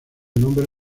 nombre